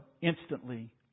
instantly